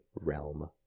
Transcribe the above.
realm